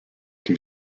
can